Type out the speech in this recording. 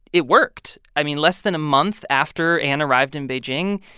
it worked. i mean, less than a month after anne arrived in beijing,